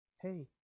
hey